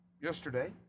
yesterday